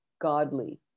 godly